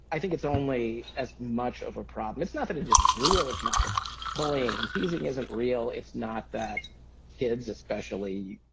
i think it's only as much of a problem. it's not that it isn't real. it's not that bullying and teasing isn't real. it's not that kids especially,